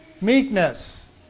meekness